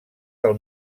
del